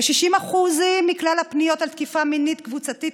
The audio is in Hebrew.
ב-60% מכלל הפניות על תקיפה מינית קבוצתית,